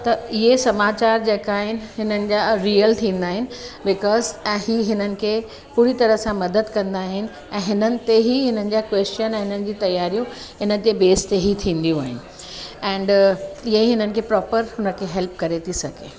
त इहे समाचार जेका आहिनि हिननि जा रीयल थींदा आहिनि ब्काज़ प्लस ऐं ही हिननि खे पूरी तरह सां मदद कंदा आहिनि ऐं हिननि ते ई हिननि जा क्वेशचन ऐं हिननि जूं तियारियूं हिन ते बेस ते ई थींदियूं आहिनि एंड इहे ई इन्हनि खे प्रोपर उन खे हेल्प करे थी सघे